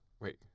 Wait